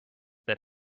that